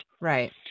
Right